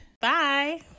Bye